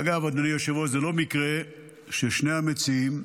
אגב, אדוני היושב-ראש, זה לא מקרה ששני המציעים,